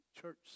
church